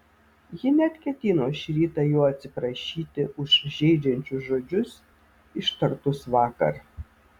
ji net ketino šį rytą jo atsiprašyti už žeidžiančius žodžius ištartus vakar